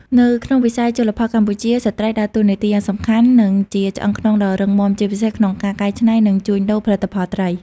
នៅក្នុងវិស័យជលផលកម្ពុជា ស្ត្រីដើរតួនាទីយ៉ាងសំខាន់ និងជាឆ្អឹងខ្នងដ៏រឹងមាំ ជាពិសេសក្នុងការកែច្នៃ និងជួញដូរផលិតផលត្រី។